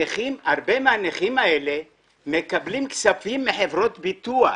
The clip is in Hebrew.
הרבה מהנכים האלה מקבלים כספים מחברות ביטוח.